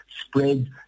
spread